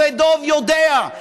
ודב יודע,